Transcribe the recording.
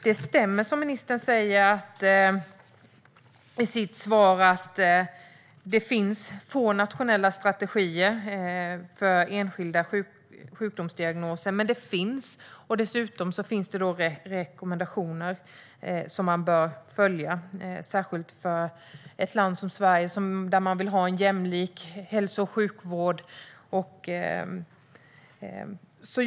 Det stämmer som ministern säger i sitt svar att det finns få nationella strategier för enskilda sjukdomsdiagnoser, men det finns sådana, och dessutom finns det rekommendationer som man bör följa - särskilt ett land som Sverige där man vill ha en jämlik hälso och sjukvård.